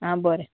आं बरें